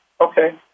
okay